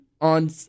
on